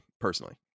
personally